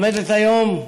עומדת היום,